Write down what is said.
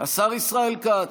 השר ישראל כץ,